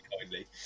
kindly